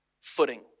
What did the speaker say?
footing